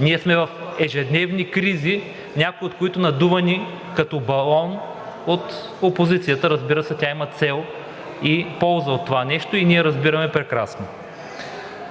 ние сме в ежедневни кризи, някои от които надувани като балон от опозицията, разбира се, тя има цел и полза от това нещо и ние разбираме прекрасно.